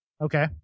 Okay